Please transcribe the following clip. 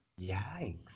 Yikes